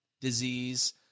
disease